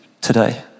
today